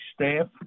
staff